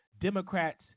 Democrats